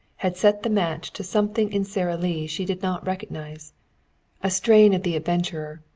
had set the match to something in sara lee she did not recognize a strain of the adventurer,